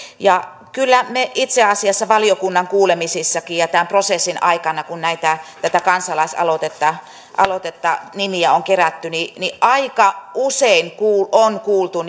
ja kyllä itse asiassa valiokunnan kuulemisissakin ja tämän prosessin aikana kun tätä kansalaisaloitetta nimiä on kerätty aika usein on kuultu